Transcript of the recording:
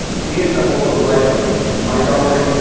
she is the hope of life to me. my darling,